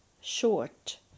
short